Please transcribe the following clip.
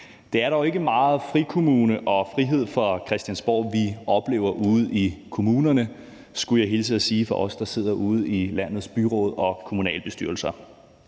Det er dog ikke meget frikommune og frihed fra Christiansborg, vi oplever ude i kommunerne, skulle jeg hilse og sige fra os, der sidder ude i landets byråd og kommunalbestyrelser.